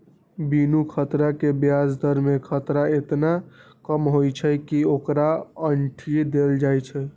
बिनु खतरा के ब्याज दर में खतरा एतना कम होइ छइ कि ओकरा अंठिय देल जाइ छइ